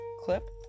clip